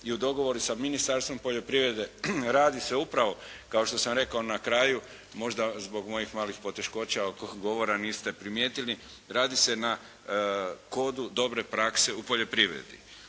i u dogovoru sa Ministarstvom poljoprivrede radi se upravo kao što sam rekao na kraju, možda zbog mojih malih poteškoća oko govora niste primijetili, radi se na kodu dobre prakse u poljoprivredi.